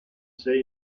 say